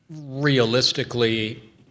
realistically